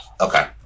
Okay